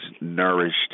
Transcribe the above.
nourished